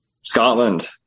Scotland